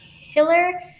Hiller